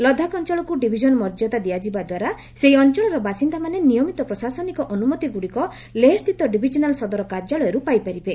ଲଦାଖ ଅଞ୍ଚଳକୁ ଡିଭିଜନ ମର୍ଯ୍ୟାଦା ଦିଆଯିବା ଦ୍ୱାରା ସେହି ଅଞ୍ଚଳର ବାସିନ୍ଦାମାନେ ନିୟମିତ ପ୍ରଶାସନିକ ଅନୁମତିଗୁଡ଼ିକ ଲେହସ୍ଥିତ ଡିଭିଜନାଲ୍ ସଦର କାର୍ଯ୍ୟାଳୟରୁ ପାଇପାରିବେ